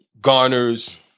garners